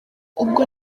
ubwo